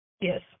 Yes